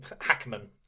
Hackman